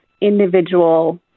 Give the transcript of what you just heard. individual